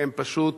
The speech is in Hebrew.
הם פשוט